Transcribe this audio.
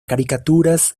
caricaturas